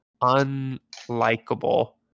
unlikable